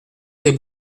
les